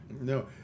No